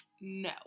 No